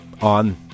on